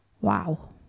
Wow